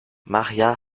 maría